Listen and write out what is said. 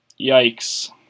Yikes